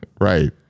Right